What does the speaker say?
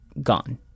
gone